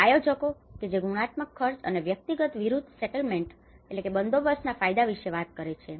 અને આયોજકો કે જે ગુણાત્મક ખર્ચ અને વ્યક્તિગત વિરુદ્ધ સેટલમેન્ટના settlement બંદોબસ્ત ફાયદા વિશે વાત કરે છે